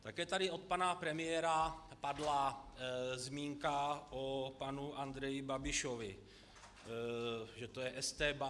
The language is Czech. Také tady od pana premiéra padla zmínka o panu Andreji Babišovi, že to je estébák.